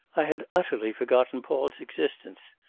i had utterly forgotten paul's existence.